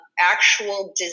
actual